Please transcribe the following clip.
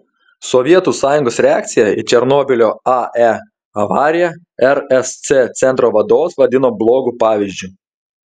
sovietų sąjungos reakciją į černobylio ae avariją rsc centro vadovas vadino blogu pavyzdžiu